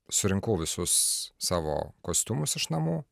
surinkau visus savo kostiumus iš namų